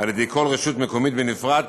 על-ידי כל רשות מקומית בנפרד,